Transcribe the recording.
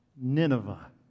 Nineveh